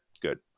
Good